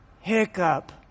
hiccup